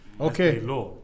Okay